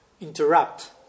interrupt